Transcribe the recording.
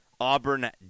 Auburn